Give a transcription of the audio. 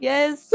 Yes